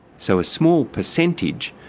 so a small percentage,